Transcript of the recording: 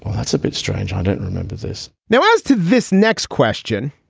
that's a bit strange. i don't remember this now, as to this next question,